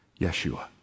Yeshua